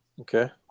okay